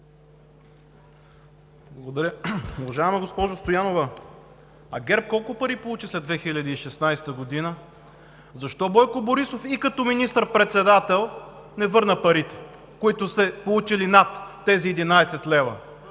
Благодаря. Уважаема госпожо Стоянова, а ГЕРБ колко пари получи след 2016 г.? Защо Бойко Борисов и като министър-председател не върна парите, които сте получили над тези 11 лв.?